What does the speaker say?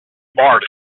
smart